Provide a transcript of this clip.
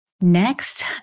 Next